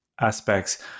aspects